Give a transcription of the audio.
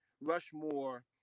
rushmore